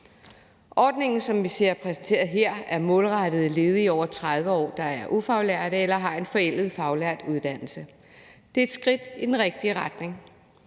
Ordningen, som vi ser præsenteret her, er målrettet ledige over 30 år, der er ufaglærte, eller som har en forældet faglært uddannelse. Det er et skridt i den rigtige retning.